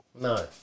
No